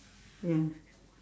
ya